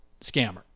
scammer